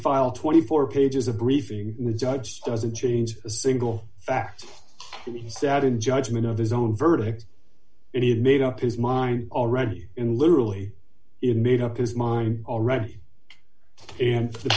filed twenty four pages of briefing with judge doesn't change a single fact that he sat in judgment of his own verdict and he had made up his mind already in literally it made up his mind already and it's